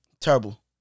Terrible